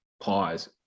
pause